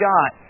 God